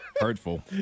Hurtful